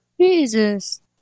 Jesus